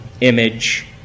image